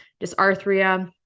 dysarthria